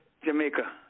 Jamaica